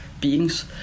beings